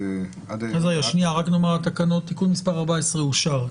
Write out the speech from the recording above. הצבעה אושר תיקון מספר 14 אושר.